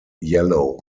yellow